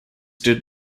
did